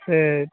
ᱥᱮ